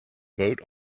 boat